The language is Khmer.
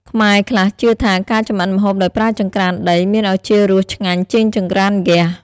ខ្មែរខ្លះជឿថា ការចម្អិនម្ហូបដោយប្រើចង្ក្រានដីមានឱជារសឆ្ងាញ់ជាងចង្រ្កានហ្គាស។